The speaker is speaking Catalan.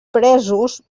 presos